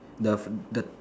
the the